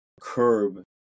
curb